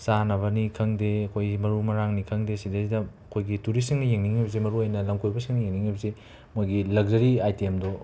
ꯆꯥꯅꯕꯅꯤ ꯈꯪꯗꯦ ꯑꯩꯈꯣꯏ ꯃꯔꯨ ꯃꯔꯥꯡꯅꯤ ꯈꯪꯗꯦ ꯁꯤꯗꯩꯗ ꯑꯩꯈꯣꯏꯒꯤ ꯇꯨꯔꯤꯁꯁꯤꯡꯅ ꯌꯦꯡꯅꯤꯡꯉꯤꯕꯁꯦ ꯃꯔꯨꯑꯣꯏꯅ ꯂꯝ ꯀꯣꯏꯕꯁꯤꯡꯅ ꯌꯦꯡꯅꯤꯡꯉꯤꯕꯁꯦ ꯃꯣꯏꯒꯤ ꯂꯛꯖꯔꯤ ꯑꯥꯏꯇꯦꯝꯗꯣ